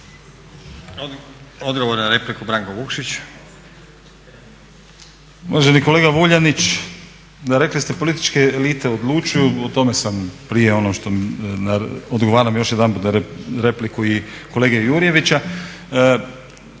odgovor na repliku Branko Bačić.